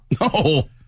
No